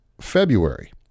February